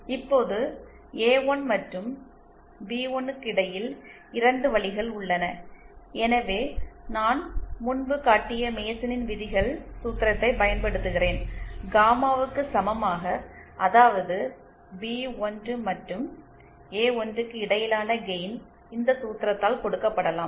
இப்போது ஏ1 மற்றும் பி1 க்கு இடையில் 2 வழிகள் உள்ளன எனவே நான் முன்பு காட்டிய மேசனின் விதிகள் சூத்திரத்தைப் பயன்படுத்துகிறேன் காமாவுக்கு சமமாக அதாவது பி1 மற்றும் ஏ1 க்கு இடையிலான கெயின் இந்த சூத்திரத்தால் கொடுக்கப்படலாம்